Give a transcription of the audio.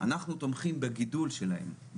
אנחנו תומכים בגידול שלהם.